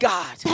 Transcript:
God